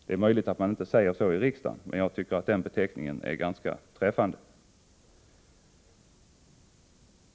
Det är möjligt att man inte uttrycker sig så i riksdagen, men jag tycker att detta är ganska träffande.